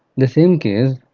the same case,